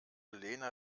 lena